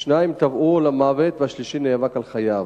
שניים טבעו למוות והשלישי נאבק על חייו.